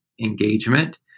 engagement